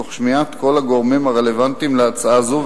תוך שמיעת כל הגורמים הרלוונטיים להצעה זו,